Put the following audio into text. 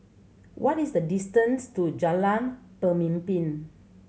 what is the distance to Jalan Pemimpin